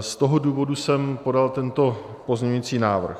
z toho důvodu jsem podal tento pozměňující návrh.